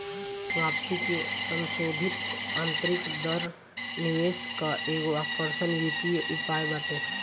वापसी के संसोधित आतंरिक दर निवेश कअ एगो आकर्षक वित्तीय उपाय बाटे